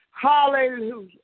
Hallelujah